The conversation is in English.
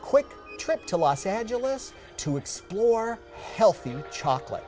quick trip to los angeles to explore healthy chocolate